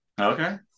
Okay